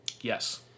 Yes